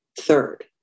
third